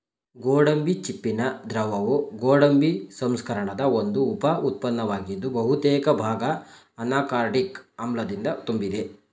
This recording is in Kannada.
ಗೋಡಂಬಿ ಚಿಪ್ಪಿನ ದ್ರವವು ಗೋಡಂಬಿ ಸಂಸ್ಕರಣದ ಒಂದು ಉಪ ಉತ್ಪನ್ನವಾಗಿದ್ದು ಬಹುತೇಕ ಭಾಗ ಅನಾಕಾರ್ಡಿಕ್ ಆಮ್ಲದಿಂದ ತುಂಬಿದೆ